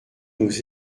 nos